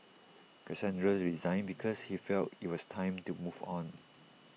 Cassandra resigned because she felt IT was time to move on